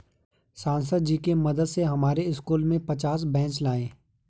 सांसद जी के मदद से हमारे स्कूल में पचास बेंच लाए